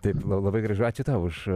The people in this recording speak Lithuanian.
taip la labai gražu ačiū tau už